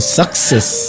success